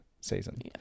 season